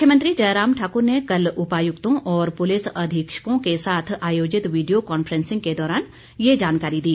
मुख्यमंत्री जयराम ठाकुर ने कल उपायुक्तों और पुलिस अधीक्षकों के साथ आयोजित विडियो कॉन्फ्रेंसिंग के दौरान ये जानकारी दी